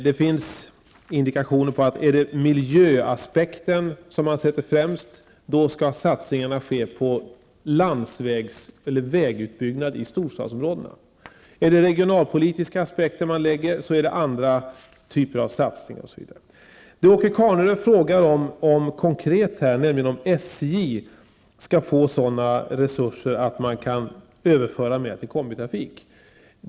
Det finns indikationer på att om miljöaspekterna skall sättas främst, skall satsningarna ske på vägutbyggnad i storstadsområdena. Om de regionalpolitiska aspekterna skall sättas främst är det andra typer av satsningar som skall göras. Åke Carnerö frågade konkret om SJ kan få sådana resurser att man kan överföra mer godstransporter till kombitrafik.